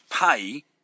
pay